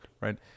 right